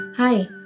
Hi